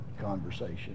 conversation